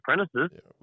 apprentices